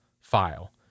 file